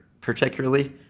particularly